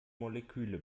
moleküle